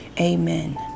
amen